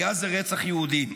היה זה רצח יהודים.